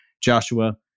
Joshua